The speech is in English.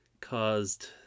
caused